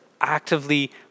actively